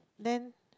then